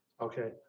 Okay